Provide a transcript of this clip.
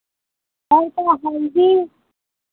और का हल्दी